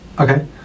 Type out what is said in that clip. Okay